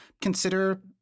consider